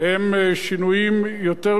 והלוואי שנדע גם ליישם אותם.